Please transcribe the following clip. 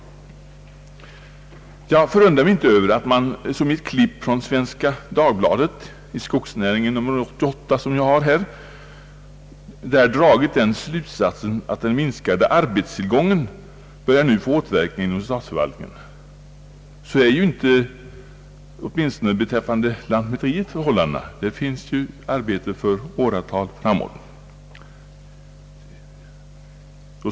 Jag förundrar mig inte över att man, som i ett klipp från Svenska Dagbladet ur Skogsnäringen nr 88, har dragit slutsatsen att den minskade arbetstillgången nu börjar få återverkningar inom statsförvaltningen. Så är ju åtminstone inte förhållandet beträffande lantmäteriet — där finns arbete för åratal framåt.